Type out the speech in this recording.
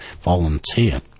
volunteer